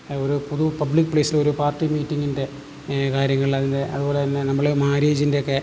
ഒരു പൊതു പബ്ലിക് പ്ലേസിൽ ഒരു പാർട്ടി മീറ്റിങ്ങിൻ്റെ കാര്യങ്ങളതിൻ്റെ അതുപോലെത്തന്നെ നമ്മൾ മാര്യേജിന്റെയൊക്കെ